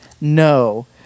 no